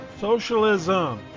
socialism